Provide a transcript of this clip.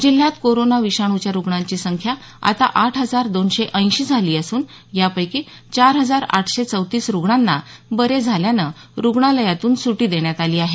जिल्ह्यात कोरोना विषाणुच्या रुग्णांची संख्या आता आठ हजार दोनशे ऐंशी झाली असून यापैकी चार हजार आठशे चौतीस रुग्णांना बरे झाल्यानं रुग्णालयातून सुटी देण्यात आली आहे